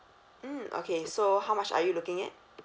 mm okay so how much are you looking at